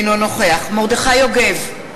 אינו נוכח מרדכי יוגב,